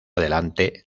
adelante